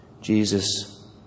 Jesus